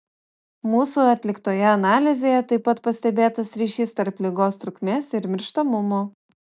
mūsų atliktoje analizėje taip pat pastebėtas ryšys tarp ligos trukmės ir mirštamumo